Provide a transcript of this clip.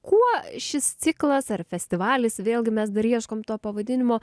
kuo šis ciklas ar festivalis vėlgi mes dar ieškom to pavadinimo